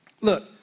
Look